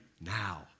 now